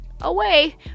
Away